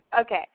Okay